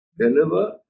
Deliver